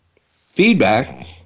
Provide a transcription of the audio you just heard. Feedback